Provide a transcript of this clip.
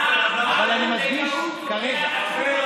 אבל אני מדגיש: כרגע.